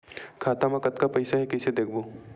खाता मा कतका पईसा हे कइसे देखबो?